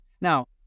Now